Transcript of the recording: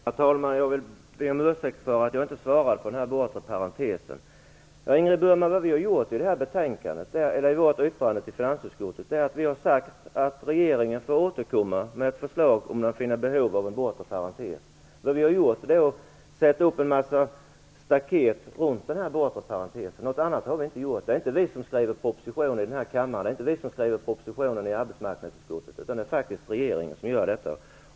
Herr talman! Jag vill be om ursäkt för att jag inte svarade på frågan om den bortre parentesen. Vad vi har gjort i vårt yttrande till finansutskottet, Ingrid Burman, är att vi har uttalat att regeringen får återkomma med förslag, om den finner behov av en yttre parentes, och att vi har satt upp ett antal staket runt den bortre parentesen. Något annat har vi inte gjort. Det är inte vi som skriver propositioner och lägger fram dem i kammaren, utan det är faktiskt regeringen som gör detta.